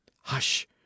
hush